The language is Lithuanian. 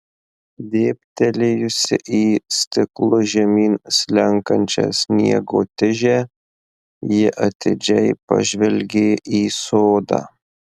dėbtelėjusi į stiklu žemyn slenkančią sniego tižę ji atidžiai pažvelgė į sodą